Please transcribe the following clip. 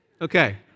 Okay